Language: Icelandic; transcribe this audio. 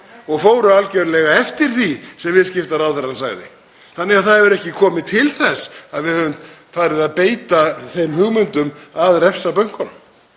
og fóru algjörlega eftir því sem viðskiptaráðherra sagði. Þannig að það hefur ekki komið til þess að við höfum farið að beita þeim aðgerðum að refsa bönkunum.